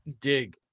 dig